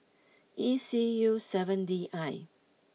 E C U seven D I